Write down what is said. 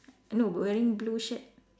no wearing blue shirt